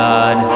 God